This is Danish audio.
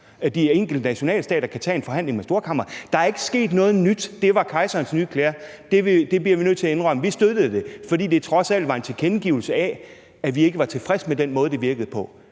at de enkelte nationale stater kan tage en forhandling med Storkammeret. Der er ikke sket noget nyt – det var kejserens nye klæder. Det bliver vi nødt til at indrømme. Vi støttede det, fordi det trods alt var en tilkendegivelse af, at vi ikke var tilfredse med den måde, det fungerede på,